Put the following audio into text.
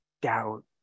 doubt